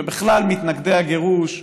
ובכלל מתנגדי הגירוש,